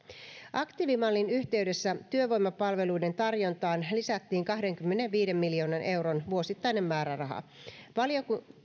aktiivimallin yhteydessä työvoimapalveluiden tarjontaan lisättiin kahdenkymmenenviiden miljoonan euron vuosittainen määräraha valiokunta